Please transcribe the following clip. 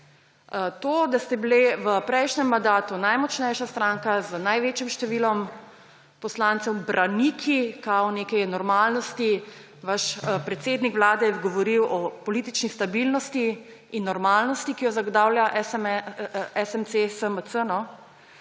To, da ste bili v prejšnjem mandatu najmočnejša stranka z največjim številom poslancev, braniki kao neke normalnosti, vaš predsednik Vlade je govoril o politični stabilnosti in normalnosti, ki jo zagotavlja SMC. In